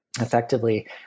effectively